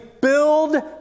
build